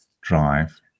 drive